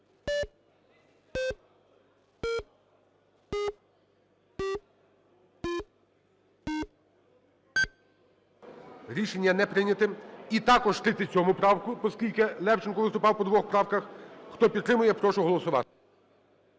Рішення не прийнято. І також 37 правку, оскільки Левченко виступав по двох правках. Хто підтримує, я прошу голосувати.